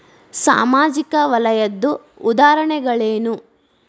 ಸಾಮಾಜಿಕ ವಲಯದ್ದು ಉದಾಹರಣೆಗಳೇನು?